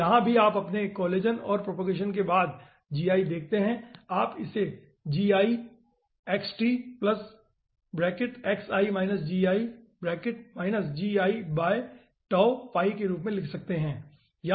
तो यहाँ भी आप कोलेजन और प्रोपोगेशन के बाददेखते हैं आप इसे gi के रूप में लिख सकते है